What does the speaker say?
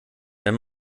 wenn